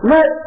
Let